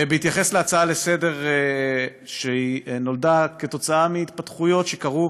בהתייחס להצעה לסדר-היום שנולדה עקב ההתפתחויות שקרו